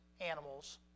animals